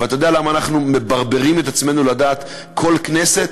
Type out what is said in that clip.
ואתה יודע למה אנחנו מברברים את עצמנו לדעת כל כנסת?